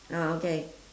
ah okay